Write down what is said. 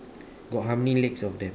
got how many legs of them